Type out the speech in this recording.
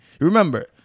Remember